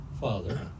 father